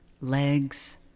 Legs